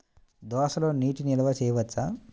దోసలో నీటి నిల్వ చేయవచ్చా?